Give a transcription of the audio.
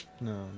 No